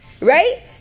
right